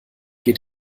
geht